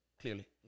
clearly